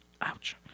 Ouch